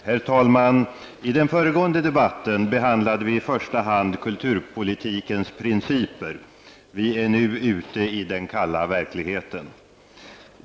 Herr talman! I den föregående debatten behandlade vi i första hand kulturpolitikens principer. Vi är nu ute i den kalla verkligheten.